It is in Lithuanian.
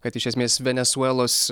kad iš esmės venesuelos